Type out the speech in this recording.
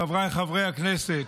חבריי חברי הכנסת,